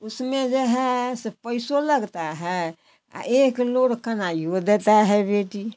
उसमें जो है सो पैसो लगता है और एक नोर कनैयो देती है बेटी